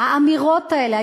האמירות האלה,